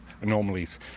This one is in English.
anomalies